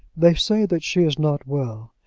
they say that she is not well,